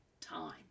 time